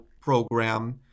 program